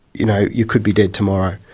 you know, you could be dead tomorrow.